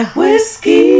whiskey